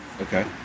okay